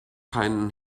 keinen